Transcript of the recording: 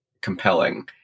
compelling